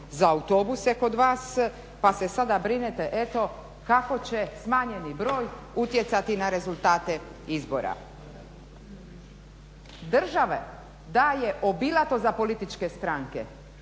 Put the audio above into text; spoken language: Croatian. za autobuse kod vas pa se sada brinete eto kako će smanjeni broj utjecati na rezultate izbora. Država daje obilato za političke stranke.